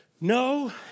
no